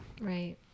right